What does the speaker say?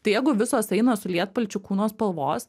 tai jeigu visos eina su lietpalčiu kūno spalvos